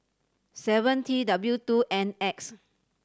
seven T W two N X